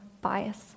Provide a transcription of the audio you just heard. bias